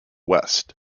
west